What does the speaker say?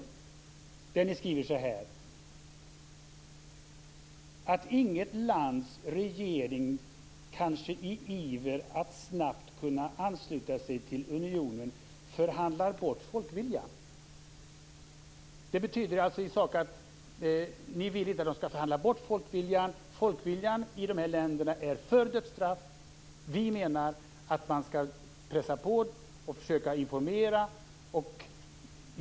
Ni skriver att Sveriges roll är att bevaka östländernas intressen så att inget lands regering, kanske i iver att snabbt kunna ansluta sig till unionen, förhandlar bort folkviljan. Det betyder i sak att ni inte vill att de skall förhandla bort folkviljan. Folket i dessa länder är för dödsstraff. Vi menar att man skall pressa på och försöka informera.